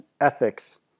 ethics